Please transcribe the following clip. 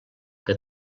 que